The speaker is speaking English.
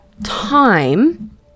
Time